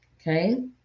Okay